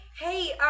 hey